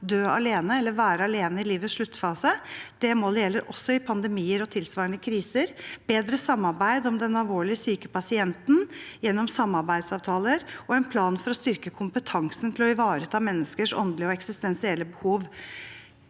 dø alene eller være alene i livets sluttfase, og det målet gjelder også i pandemier og tilsvarende kriser. – En skal ha bedre samarbeid om den alvorlig syke pasienten gjennom samarbeidsavtaler. – En skal ha en plan for å styrke kompetansen til å ivareta menneskers åndelige og eksistensielle behov.